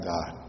God